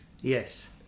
Yes